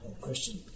question